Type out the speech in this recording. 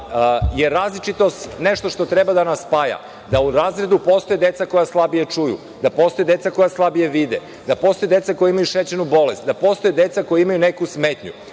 je različitost nešto što treba da nas spaja, da u razredu postoje deca koja slabije čuju, da postoje deca koja slabije vide, da postoje deca koja imaju šećernu bolest, da postoje deca koja imaju neku smetnju,